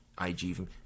IG